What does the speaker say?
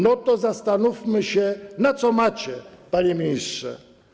No to zastanówmy się, na co macie, panie ministrze.